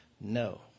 No